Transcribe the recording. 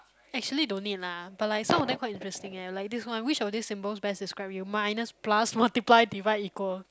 actually don't need lah but like some of them quite interesting eh like this one which of these symbols best describe you minus plus multiply divide equal